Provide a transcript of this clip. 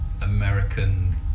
american